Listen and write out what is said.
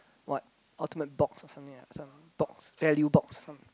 what ultimate box or something like that some box value box